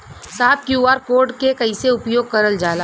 साहब इ QR code के कइसे उपयोग करल जाला?